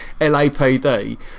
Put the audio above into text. LAPD